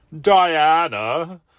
Diana